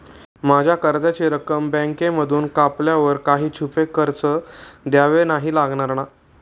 माझ्या कर्जाची रक्कम बँकेमधून कापल्यावर काही छुपे खर्च द्यावे नाही लागणार ना?